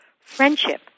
friendship